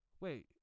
Wait